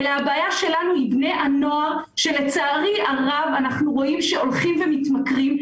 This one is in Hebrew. אלא בני הנוער שלצערי הרב הולכים ומתמכרים,